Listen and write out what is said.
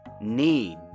need